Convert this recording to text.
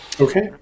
okay